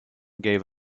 gave